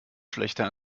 schlechter